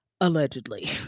allegedly